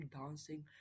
dancing